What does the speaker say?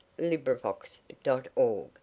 LibriVox.org